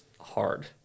hard